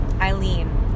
Eileen